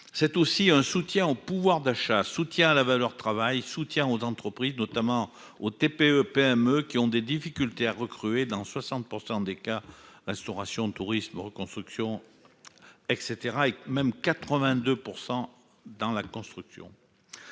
c'est aussi un soutien au pouvoir d'achat, soutient la valeur travail, soutien aux entreprises, notamment aux TPE-PME qui ont des difficultés à recruter dans 60 % des cas, restauration, tourisme, reconstruction et etc, et même 82 % dans la construction,